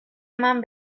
eman